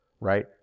right